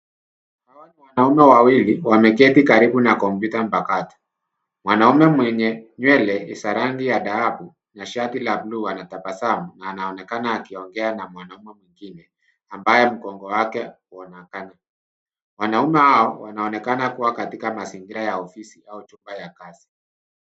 Kuna watu wanaume wawili wameketi karibu na kompyuta mpakato mwanaume mwenye nywele ni za rangi za dhahabu na shati la bulu anatabasamu na anaonekana akiongea na mwanaume mwingine ambaye mgongo wake unaonekana, wanaume hawa wanaonekana wakiwa katika mazingira ya ofisi au chumba ya kasi